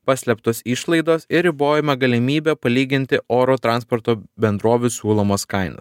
paslėptos išlaidos ir ribojama galimybė palyginti oro transporto bendrovių siūlomas kainas